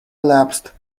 elapsed